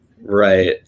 Right